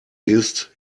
isst